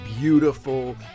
beautiful